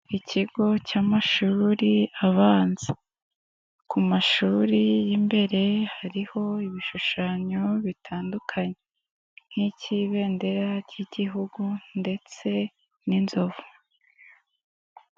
Ikigo cy'amashuri abanza, ku mashuri imbere hariho ibishushanyo bitandukanye, nk'cy'ibendera ry'Igihugu ndetse n'inzovu.